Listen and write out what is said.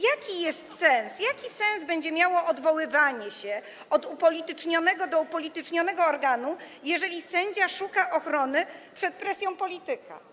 Jaki sens będzie miało odwoływanie się od upolitycznionego do upolitycznionego organu, jeżeli sędzia szuka ochrony przed presją polityka?